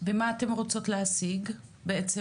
ומה אתן רוצות להשיג בעצם,